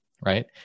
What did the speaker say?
right